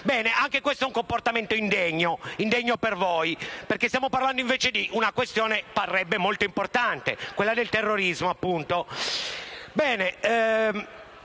Bene, anche questo è un comportamento indegno, indegno per voi, perché stiamo parlando invece di una questione che parrebbe molto importante, quella del terrorismo, appunto.